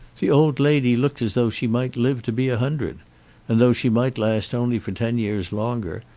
the old lady looked as though she might live to be a hundred and though she might last only for ten years longer,